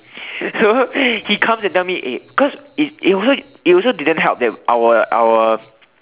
so he comes and tell me eh cause it it also it also didn't help that our our